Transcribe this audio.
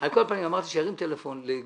הסברתי שכאשר יחיד פותח חשבון,